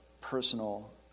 personal